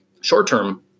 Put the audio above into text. Short-term